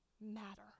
matter